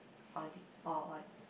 or de~ or or